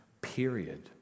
period